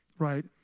right